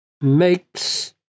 makes